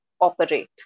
operate